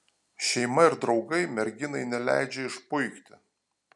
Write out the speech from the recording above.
šeima ir draugai merginai neleidžia išpuikti